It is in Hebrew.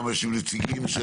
רשות המטרו ששם יושבים נציגים של